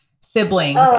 siblings